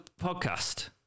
podcast